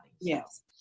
yes